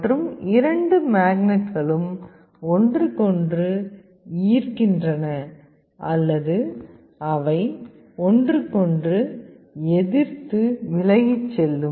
மற்றும் இரண்டு மேக்னட்களும் ஒன்றுக்கொன்று ஈர்க்கின்றன அல்லது அவை ஒன்றுக்கொன்று எதிர்த்து விலகிச் செல்லும்